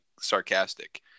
sarcastic